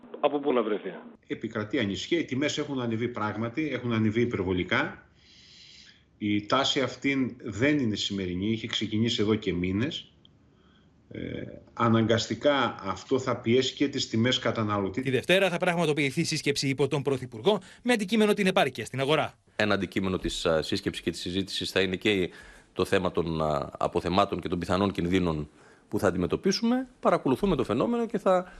Από πού να βρεθεί. Επικρατεί ανησυχία, οι τιμές έχουν ανεβεί πράγματι, έχουν ανεβεί υπερβολικά. Η τάση αυτή δεν είναι σημερινή, είχε ξεκινήσει εδώ και μήνες. Ε, αναγκαστικά αυτό θα πιέσει και τις τιμές καταναλωτή. Τη Δευτέρα θα πραγματοποιηθεί σύσκεψη υπό τον Πρωθυπουργό, με αντικείμενο την επάρκεια στην αγορά. Ένα αντικείμενο της, ε, σύσκεψης και της συζήτησης θα είναι και η- το θέμα των, ε, αποθεμάτων και των πιθανών κινδύνων που θα αντιμετωπίσουμε. Παρακολουθούμε το φαινόμενο και θα